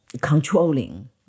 controlling